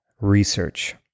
research